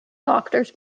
doctors